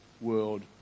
World